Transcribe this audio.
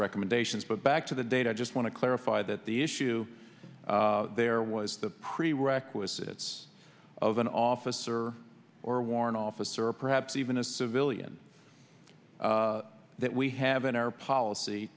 recommendations but back to the date i just want to clarify that the issue there was the prerequisites of an officer or warrant officer or perhaps even a civilian that we have in our policy